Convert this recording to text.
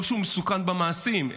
לא שהוא מסוכן במעשים,